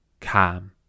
calm